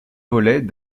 volet